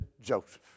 Joseph